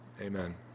Amen